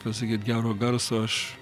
pasakyt gero garso aš